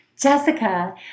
Jessica